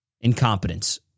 incompetence